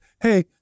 hey